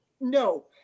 no